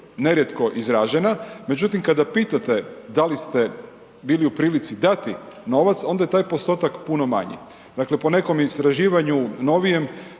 nerijetko izražena. Međutim, kada pitate da li ste bili u prilici dati novac, onda je taj postotak puno manji. Dakle, po nekom istraživanju novijem